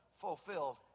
fulfilled